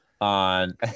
on